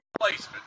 replacement